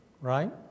right